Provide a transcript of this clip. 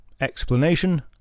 Explanation